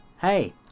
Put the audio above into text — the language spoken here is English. Hey